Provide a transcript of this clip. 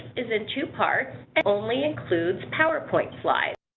is in two parts, and only includes powerpoint slides.